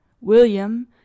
William